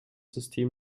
system